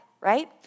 right